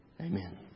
Amen